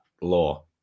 law